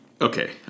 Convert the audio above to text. Okay